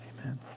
Amen